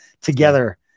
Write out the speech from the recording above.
together